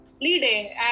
leading